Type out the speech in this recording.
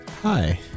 Hi